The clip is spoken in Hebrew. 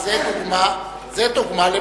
זה דוגמה למטאפורה.